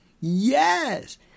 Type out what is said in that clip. Yes